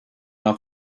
off